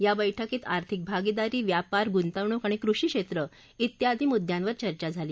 या बैठकीत आर्थिक भागीदारी व्यापार गुंतवणूक आणि कृषी क्षेत्र ऱ्यादी मुद्यांवर चर्चा झाली